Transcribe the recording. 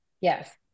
Yes